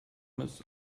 miss